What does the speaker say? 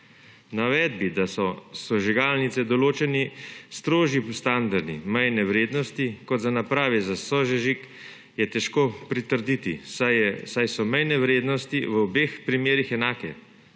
Navedbi, da so za sežigalnice določeni strožji standardi za mejne vrednosti kot za naprave za sosežig, je težko pritrditi, saj so mejne vrednosti v obeh primerih enake,